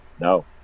no